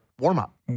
warm-up